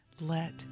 Let